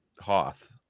Hoth